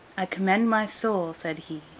i commend my soul said he,